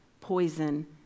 poison